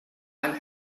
and